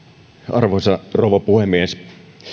arvoisa rouva puhemies